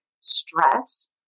stress